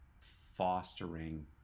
fostering